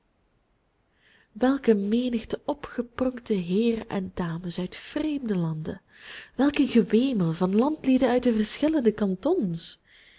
een menigte opgepronkte heeren en dames uit vreemde landen welk een gewemel van landlieden uit de verschillende kantons